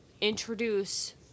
introduce